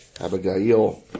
Abigail